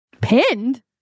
Pinned